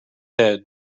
head